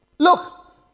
Look